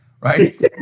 right